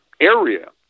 area